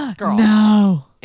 no